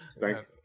thank